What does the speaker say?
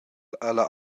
alla